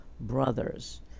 brothers